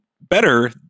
better